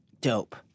Dope